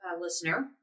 listener